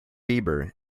bieber